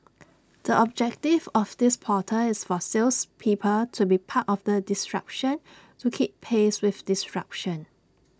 the objective of this portal is for salespeople to be part of the disruption to keep pace with disruption